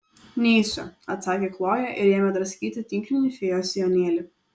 neisiu atsakė kloja ir ėmė draskyti tinklinį fėjos sijonėlį